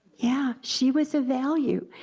yeah, she was of value,